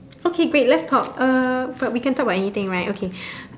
okay great let's talk uh but we can talk about anything right okay